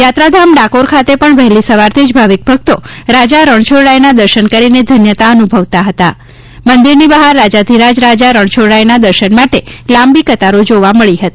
યાત્રાધામ ડાકોર ખાતે પણ વહેલી સવારથી જ ભાવિક ભક્તો રાજા રણછોડરાયના દર્શન કરીને ધન્યતા અનુભવતા હતા મંદિરની બહાર રાજાધિરાજ રાજા રણછોડરાયના દર્શન માટે લાંબી કતારો જોવા મળી હતી